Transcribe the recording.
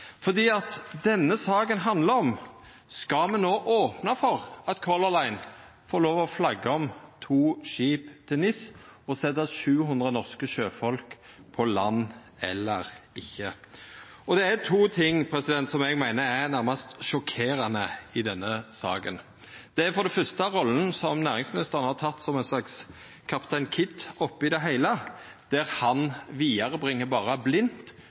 denne saka handlar om me no skal opna for at Color Line får lov til å flagga om to skip til NIS og setja 700 norske sjøfolk på land, eller ikkje. Eg meiner to ting er nærmast sjokkerande i denne saka. For det fyrste rolla som næringsministeren har teke som ein slags Captain Kid oppi det heile, der han berre blindt bringar vidare,